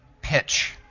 pitch